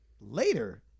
later